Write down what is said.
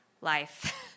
life